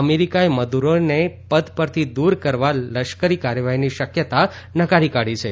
અમેરીકાએ મદ્દરોને પદ પરથી દૂર કરવા લશ્કરી કાર્યવાહીની શક્યતા નકારી કાઢી છે